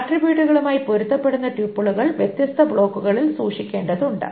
ആട്രിബ്യൂട്ടുകളുമായി പൊരുത്തപ്പെടുന്ന ട്യൂപ്പിളുകൾ വ്യത്യസ്ത ബ്ലോക്കുകളിൽ സൂക്ഷിക്കേണ്ടതുണ്ട്